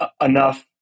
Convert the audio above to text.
enough